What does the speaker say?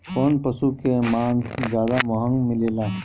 कौन पशु के मांस ज्यादा महंगा मिलेला?